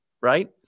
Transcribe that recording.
right